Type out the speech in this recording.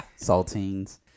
Saltines